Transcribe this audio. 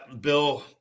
Bill